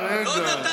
חיילי צה"ל.